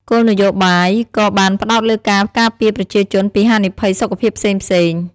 គោលនយោបាយក៏បានផ្តោតលើការការពារប្រជាជនពីហានិភ័យសុខភាពផ្សេងៗ។